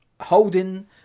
holding